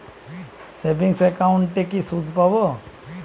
Savings একাউন্টে কি সুদ পাব?